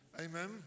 Amen